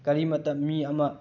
ꯀꯔꯤꯃꯠꯇ ꯃꯤ ꯑꯃ